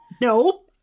No